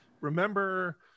remember